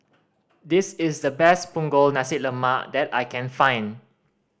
this is the best Punggol Nasi Lemak that I can find